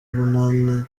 urunani